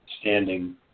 standing